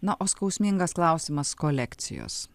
na o skausmingas klausimas kolekcijos